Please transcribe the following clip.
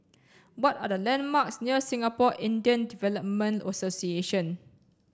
what are the landmarks near Singapore Indian Development Association